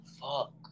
fuck